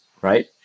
right